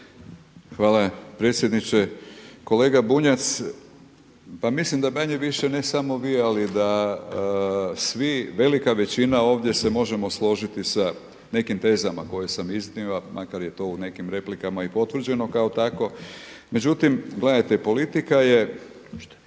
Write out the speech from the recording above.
Hvala predsjedniče. Kolega Bunjac, pa mislim da manje-više ne samo vi ali da svi, velika većina ovdje se možemo složiti sa nekim tezama koje sam iznio, a makar je to u nekim replikama i potvrđeno kao takvo. Međutim, gledajte politika je,